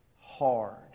hard